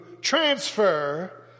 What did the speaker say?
transfer